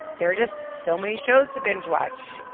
there are just so many shows to binge-watch.